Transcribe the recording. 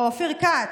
או אופיר כץ,